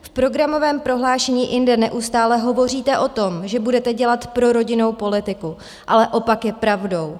V programovém prohlášení i jinde neustále hovoříte o tom, že budete dělat prorodinnou politiku, ale opak je pravdou.